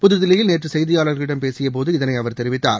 புதுதில்லியில் நேற்றுசெய்தியாளர்களிடம் பேசியபோது இதனைஅவர் தெரிவித்தார்